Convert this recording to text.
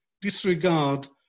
disregard